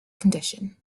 condition